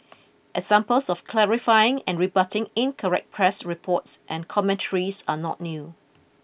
examples of clarifying and rebutting incorrect press reports and commentaries are not new